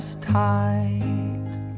tight